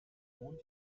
mond